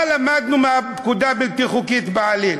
מה למדנו מהפקודה הבלתי-חוקית בעליל?